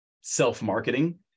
self-marketing